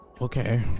Okay